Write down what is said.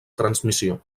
transmissió